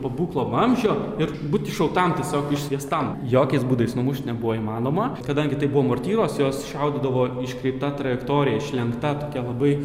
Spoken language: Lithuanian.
pabūklo vamzdžio ir būti šaltam tiesiog išsviestam jokiais būdais numušti nebuvo įmanoma kadangi tai buvo mortyros juos šaudydavo iškreipta trajektorija išlenkta tokia labai